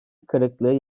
kırıklığı